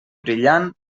brillant